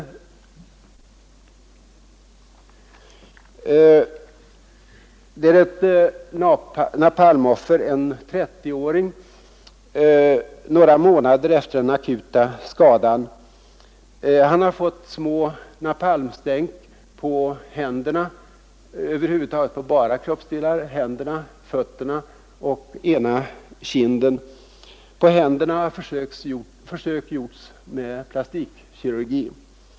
Den första bilden visar ett napalmoffer, en 30-åring, några månader efter den akuta skadan, Han har fått små napalmstänk på bara kroppsdelar, på händerna, fötterna och ena kinden. På händerna har försök gjorts med plastikkirurgi.